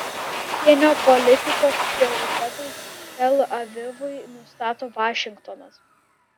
užsienio politikos prioritetus tel avivui nustato vašingtonas